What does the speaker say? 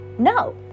No